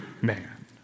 man